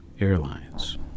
Airlines